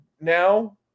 Now